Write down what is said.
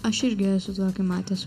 aš irgi esu tokį matęs